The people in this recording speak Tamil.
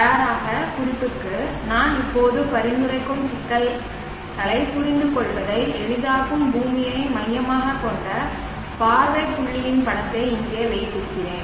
தயாராக குறிப்புக்கு நான் இப்போது பரிந்துரைக்கும் சிக்கலைப் புரிந்துகொள்வதை எளிதாக்கும் பூமியை மையமாகக் கொண்ட பார்வை புள்ளியின் படத்தை இங்கே வைத்திருக்கிறேன்